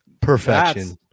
Perfection